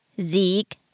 Zeke